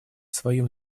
своем